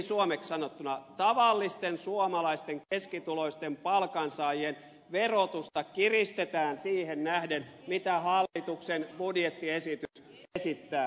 suomeksi sanottuna tavallisten suomalaisten keskituloisten palkansaajien verotusta kiristetään siihen nähden mitä hallituksen budjettiesitys esittää